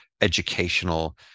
educational